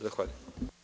Zahvaljujem.